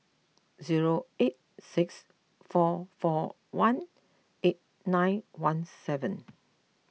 zero eight six four four one eight nine one seven